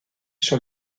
sur